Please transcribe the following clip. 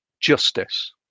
justice